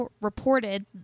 reported